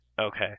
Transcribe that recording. Okay